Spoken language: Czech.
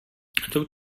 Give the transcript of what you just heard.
jsou